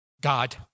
God